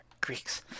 Greeks